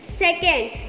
Second